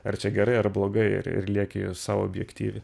ar čia gerai ar blogai ir ir lieki sau objektyvi